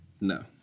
No